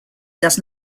does